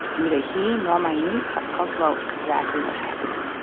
neither he nor my niece have talked about exactly what happened.